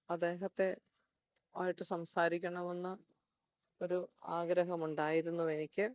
അദ്ദേഹവുമായിട്ട് സംസാരിക്കണമെന്ന് ഒരു ആഗ്രഹമുണ്ടായിരുന്നു എനിക്ക്